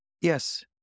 Yes